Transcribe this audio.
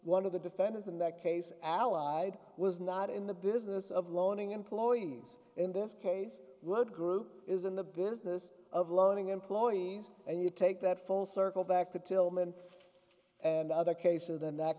one of the defendants in that case allied was not in the business of loaning employees in this case would group is in the business of loaning employees and you take that full circle back to tillman and other cases than that